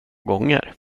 gånger